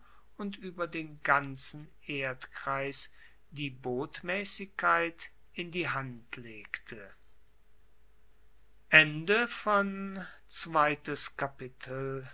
und ueber den ganzen erdkreis die botmaessigkeit in die hand legte